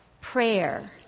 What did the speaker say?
prayer